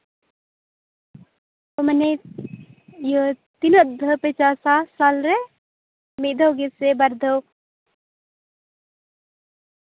ᱢᱟᱱᱮ ᱤᱭᱟᱹ ᱛᱤᱱᱟᱹᱜ ᱫᱷᱟᱹᱣ ᱯᱮ ᱪᱟᱥᱟ ᱥᱟᱞ ᱨᱮ ᱢᱤᱫ ᱫᱷᱟᱹᱣ ᱜᱮ ᱥᱮ ᱵᱟᱨ ᱫᱷᱟᱣ